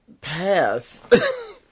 pass